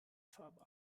fahrbahn